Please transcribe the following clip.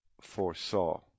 foresaw